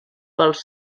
pels